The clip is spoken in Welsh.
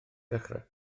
dechrau